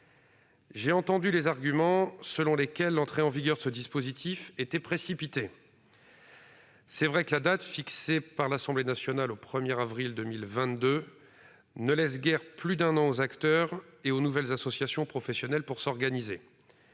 J'ai entendu les arguments selon lesquels l'entrée en vigueur de ce dispositif était précipitée. C'est vrai que la date, fixée par l'Assemblée nationale au 1 avril 2022, ne laisse guère plus d'un an aux acteurs et aux nouvelles associations professionnelles pour s'organiser.